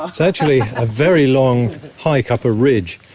actually a very long hike up a ridge,